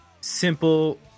simple